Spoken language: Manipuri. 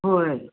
ꯍꯣꯏ